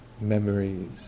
memories